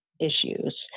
issues